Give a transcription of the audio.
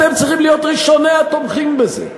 אתם צריכים להיות ראשוני התומכים בזה,